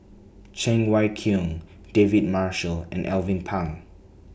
Cheng Wai Keung David Marshall and Alvin Pang